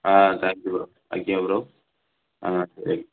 ஆ thank you bro ஓகேவா bro ஆ சரி